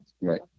right